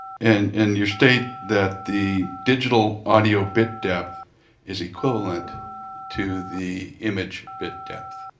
and and you state that the digital audio bit depth is equivalent to the image bit depth.